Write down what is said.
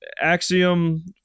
Axiom